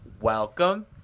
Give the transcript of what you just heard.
welcome